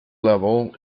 level